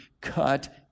cut